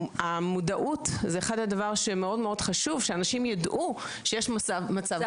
המודעות זה אחד הדברים שמאוד מאוד חשוב שאנשים ידעו שיש מצב כזה.